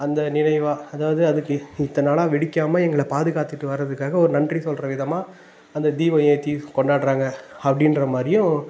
அந்த நினைவாக அதாவது அதுக்கு இத்தனை நாளாக வெடிக்காமல் எங்களை பாதுகாத்துகிட்டுவர்றதுக்காக ஒரு நன்றி சொல்கிற விதமாக அந்த தீபம் ஏற்றி கொண்டாடுறாங்க அப்படின்ற மாதிரியும்